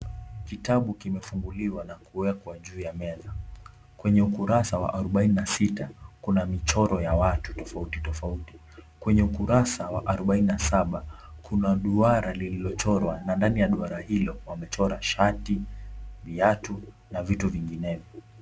Kitabu kimefunguliwa na kuwekwa juu ya meza. Kwenye ukurasa wa arubaini na sita kuna michoro ya watu tofauti tofauti. Kwenye ukurasa wa arubaini na saba kuna duara lililochorwa na ndani ya duara hilo wamechora shati, viatu na vitu vinginevyo.